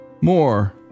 More